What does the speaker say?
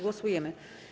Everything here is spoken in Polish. Głosujemy.